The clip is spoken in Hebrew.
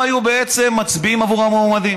מיליון איש, והם היו בעצם מצביעים בעבור המועמדים.